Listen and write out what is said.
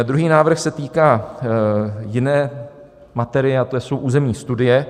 Druhý návrh se týká jiné materie, a to jsou územní studie.